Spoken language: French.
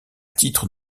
titre